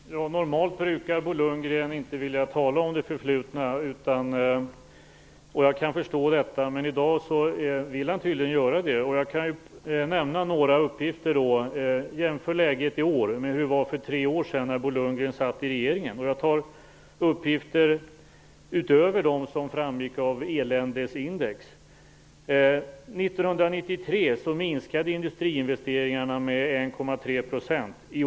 Herr talman! Normalt brukar Bo Lundgren inte vilja tala om det förflutna. Jag kan förstå detta. Men i dag vill han tydligen göra det. Då kan jag nämna några uppgifter och jämföra läget i år med hur det var för tre år sedan när Bo Lundgren satt i regeringen. Jag tar uppgifter utöver de som framgick av eländesindex. 1,3 %. I år ökar de med 17 %.